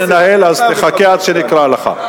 אנחנו ננהל, אז תחכה עד שנקרא לך.